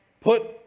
Put